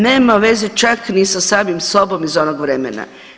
Nema veze čak ni sa samim sobom iz onog vremena.